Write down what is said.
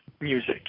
music